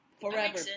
forever